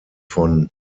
von